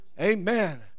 Amen